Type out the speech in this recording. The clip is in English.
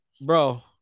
bro